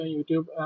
YouTube